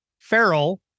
feral